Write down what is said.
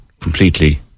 completely